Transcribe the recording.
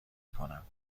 کنم